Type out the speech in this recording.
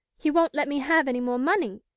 he won't let me have any more money.